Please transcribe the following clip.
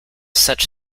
such